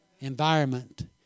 environment